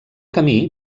camí